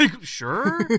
sure